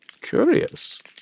Curious